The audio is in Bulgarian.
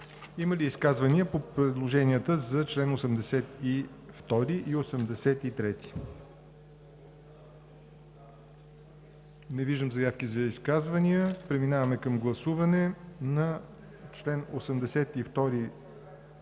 Има ли изказвания по предложенията за членове 82 и 83? Не виждам заявки за изказвания. Преминаваме към гласуване на чл. 82